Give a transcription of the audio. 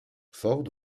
ford